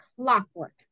clockwork